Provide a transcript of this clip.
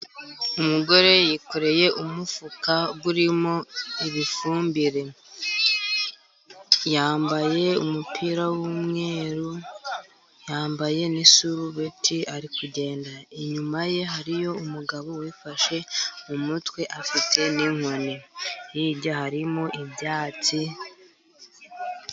Umugore yikoreye umufuka urimo ibifumbire. Yambaye umupira w'umweru, yambaye n'isurubeti ari kugenda. Inyuma ye hariyo umugabo wifashe mu mutwe afite n'inkoni. Hirya harimo ibyatsi.